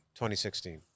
2016